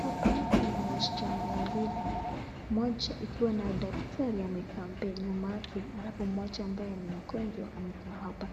Hapa kuna wasichana wawili, mmoja ikiwa na daktari amekaa nyuma yake alafu mmoja ambaye ni mgonjwa amekaa hapa